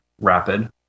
rapid